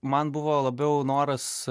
man buvo labiau noras